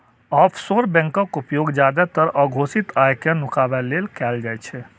offshore बैंकक उपयोग जादेतर अघोषित आय कें नुकाबै लेल कैल जाइ छै